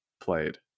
played